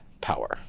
power